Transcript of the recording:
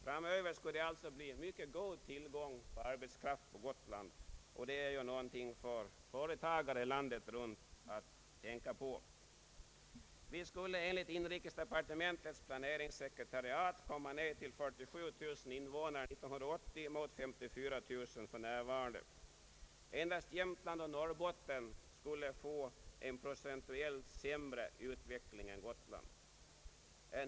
Framöver skulle det alltså bli en mycket god tillgång på arbetskraft på Gotland, och det är ju någonting för företagare landet runt att tänka på. Vi skulle enligt inrikesdepartementets planeringssekretariat komma ned till 47 000 invånare år 1980 mot för närvarande 54 000. Endast Jämtland och Norrbotten skulle få en procentuellt sämre utveckling än Gotland.